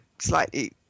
slightly